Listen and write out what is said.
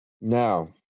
Now